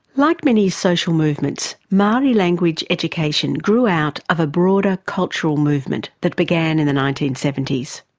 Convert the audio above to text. like many social movements, maori language education grew out of a broader cultural movement that began in the nineteen seventy s.